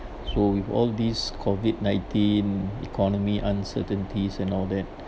so with all these COVID nineteen economy uncertainties and all that